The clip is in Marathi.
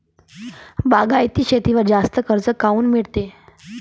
बागायती शेतीवर जास्त कर्ज काऊन मिळते?